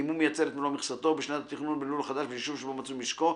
אם הוא מייצר את מלוא מכסתו בשנת התכנון בלול חדש ביישוב שבו מצוי משקו,